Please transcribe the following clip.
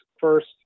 First